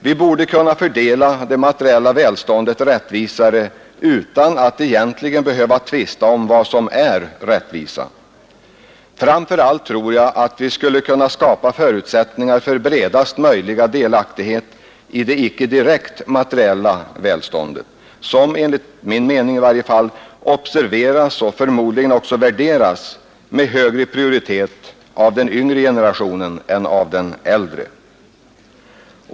Vi borde kunna fördela det materiella välståndet rättvisare utan att egentligen behöva tvista om vad som är rättvisa. Framför allt tror jag att vi skulle kunna skapa förutsättningar för bredast möjliga delaktighet i det icke direkt materiella välståndet, som i varje fall enligt min mening observeras och förmodligen också värderas med högre prioritet av den yngre generationen än av den äldre.